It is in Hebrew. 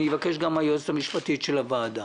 אני אבקש גם מהיועצת המשפטית של הוועדה,